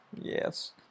yes